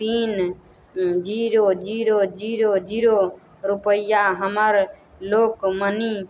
तीन zero zero zero zero रुपैआ हमर लोक मनी